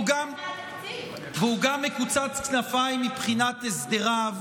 והוא גם מקוצץ כנפיים מבחינת הסדריו.